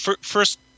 first